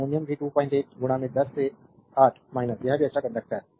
aluminium भी 28 10 से 8 यह भी अच्छा कंडक्टर